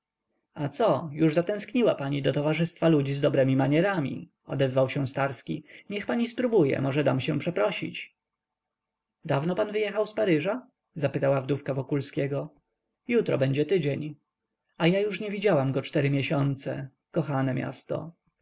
a co już zatęskniła pani do towarzystwa ludzi z dobremi manierami odezwał się starski niech pani spróbuje może dam się przeprosić dawno pan wyjechał z paryża zapytała wdówka wokulskiego jutro będzie tydzień a ja już nie widziałem go cztery miesiące kochane miasto